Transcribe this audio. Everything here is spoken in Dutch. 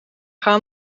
gaan